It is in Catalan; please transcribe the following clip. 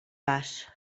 bas